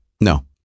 No